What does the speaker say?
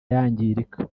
yangirika